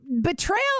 betrayal